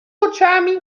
oczami